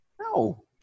No